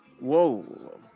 Whoa